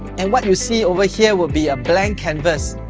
and what you see over here will be a blank canvas,